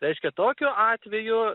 reiškia tokiu atveju